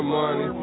money